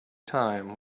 time